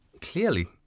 Clearly